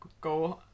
go